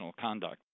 conduct